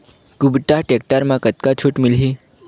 कुबटा टेक्टर म कतका छूट मिलही?